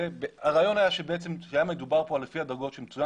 הרעיון היה שבעצם כשהיה מדובר פה לפי הדרגות שמצוין